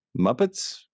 Muppets